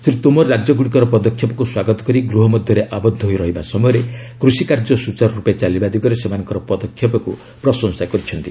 ଶ୍ରୀ ତୋମର ରାଜ୍ୟଗୁଡ଼ିକର ପଦକ୍ଷେପକୁ ସ୍ୱାଗତ କରି ଗୃହ ମଧ୍ୟରେ ଆବଦ୍ଧ ହୋଇ ରହିବା ସମୟରେ କୃଷିକାର୍ଯ୍ୟ ସୂଚାରୁ ରୂପେ ଚାଲିବା ଦିଗରେ ସେମାନଙ୍କର ପଦକ୍ଷେପକୁ ପ୍ରଶଂସା କରିଛନ୍ତି